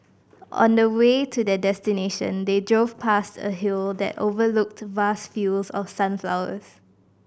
on the way to their destination they drove past a hill that overlooked vast fields of sunflowers